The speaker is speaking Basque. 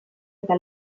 eta